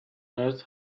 earth